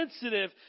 sensitive